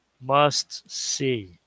Must-see